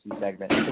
segment